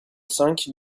cinq